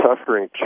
suffering